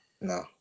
No